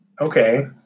okay